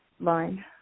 line